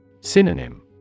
Synonym